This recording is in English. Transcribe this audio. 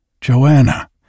Joanna